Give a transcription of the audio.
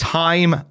time